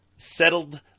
settled